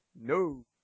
No